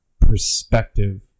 perspective